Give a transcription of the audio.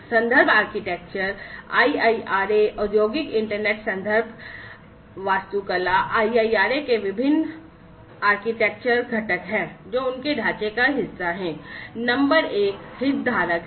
IIRA Industrial Internet Reference Architecture के विभिन्न वास्तुशिल्प घटक हैं जो उनके ढांचे का हिस्सा हैं नंबर एक हितधारक है